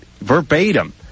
verbatim